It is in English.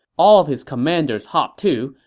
all his commanders hopped to,